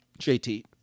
JT